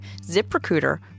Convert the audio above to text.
ZipRecruiter